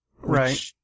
Right